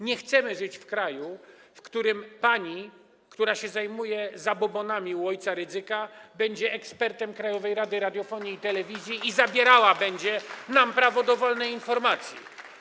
Nie chcemy żyć w kraju, w którym pani, która się zajmuje zabobonami u o. Rydzyka, będzie ekspertem Krajowej Rady Radiofonii i Telewizji i będzie nam zabierała prawo do wolnej informacji.